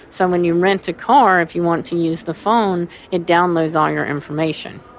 so when you rent a car, if you want to use the phone it downloads all your information.